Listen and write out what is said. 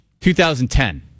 2010